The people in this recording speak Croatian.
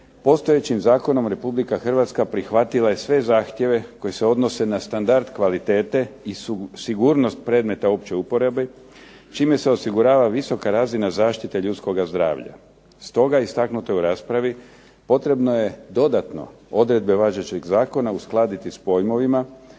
Postojećim zakonom Republika Hrvatska prihvatila je sve zahtjeve koji se odnose na standard kvalitete i sigurnost predmeta opće uporabe čime se osigurava visoka razina zaštite ljudskoga zdravlja. Stoga je istaknuto u raspravi, potrebno je dodatno odredbe važećeg zakona uskladiti sa pojmovima